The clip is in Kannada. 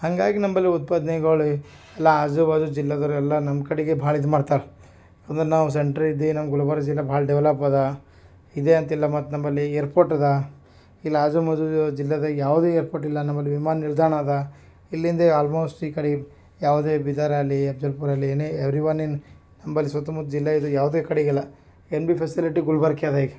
ಹಂಗಾಗಿ ನಂಬಲ್ಲಿ ಉತ್ಪಾದನೆಗಳ್ ಎಲ್ಲ ಆಜು ಬಾಜು ಜಿಲ್ಲೆದವರೆಲ್ಲ ನಮ್ಮ ಕಡೆಗೇ ಭಾಳ ಇದು ಮಾಡ್ತಾರೆ ಅಂದರೆ ನಾವು ಸೆಂಟ್ರ್ ಇದ್ದೀವಿ ನಮ್ಮ ಗುಲ್ಬರ್ಗ ಜಿಲ್ಲೆ ಭಾಳ ಡೆವಲಪ್ ಅದೆ ಇದೇ ಅಂತಿಲ್ಲ ಮತ್ತು ನಂಬಲ್ಲಿ ಏರ್ಪೋರ್ಟ್ ಅದೆ ಇಲ್ಲ ಆಜು ಮೋಜು ಜಿಲ್ಲೆದಾಗೆ ಯಾವುದೇ ಏರ್ಪೋರ್ಟ್ ಇಲ್ಲ ನಮ್ಮಲ್ಲಿ ವಿಮಾನ ನಿಲ್ದಾಣ ಅದೆ ಇಲ್ಲಿಂದ ಆಲ್ಮೋಸ್ಟ್ ಈ ಕಡೆ ಯಾವುದೇ ಬೀದರ್ ಆಗ್ಲಿ ಅಫ್ಜಲ್ಪುರ್ ಆಗ್ಲಿ ಏನೇ ಎವ್ರಿವನ್ ಇನ್ನು ನಂಬಲ್ಲಿ ಸುತ್ತ ಮುತ್ತ ಜಿಲ್ಲೆಯಲ್ಲು ಯಾವುದೇ ಕಡೆಗಿಲ್ಲ ಏನ್ ಬಿ ಫೆಸಿಲಿಟಿ ಗುಲ್ಬರ್ಗಕ್ಕೇ ಅದಾ ಈಗ